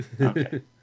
okay